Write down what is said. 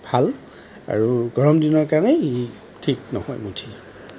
ভাল আৰু গৰমদিনৰ কাৰণে ই ঠিক নহয় মুঠেই